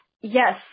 Yes